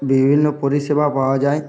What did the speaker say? বিভিন্ন পরিষেবা পাওয়া যায়